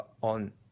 on